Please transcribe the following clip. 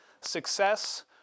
success